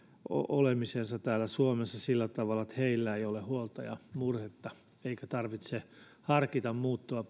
olemisensa täällä suomessa sillä tavalla että heillä ei ole huolta ja murhetta eikä heidän tarvitse harkita muuttoa